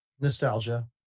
Nostalgia